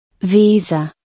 Visa